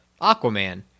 Aquaman